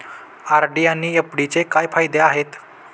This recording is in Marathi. आर.डी आणि एफ.डीचे काय फायदे आहेत?